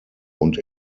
und